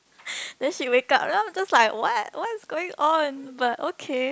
then she wakes up lah because like what what's going on but okay